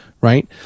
right